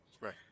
Right